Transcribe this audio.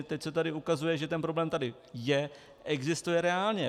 Teď se ukazuje, že ten problém tady je, existuje reálně.